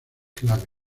clave